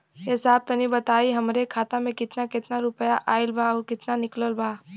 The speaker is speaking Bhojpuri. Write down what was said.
ए साहब तनि बताई हमरे खाता मे कितना केतना रुपया आईल बा अउर कितना निकलल बा?